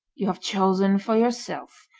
you have chosen for yourself,